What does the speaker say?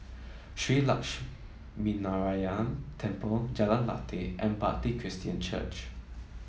Shree Lakshminarayanan Temple Jalan Lateh and Bartley Christian Church